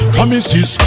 Promises